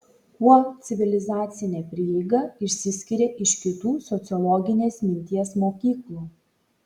kuo civilizacinė prieiga išsiskiria iš kitų sociologinės minties mokyklų